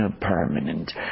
permanent